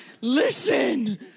listen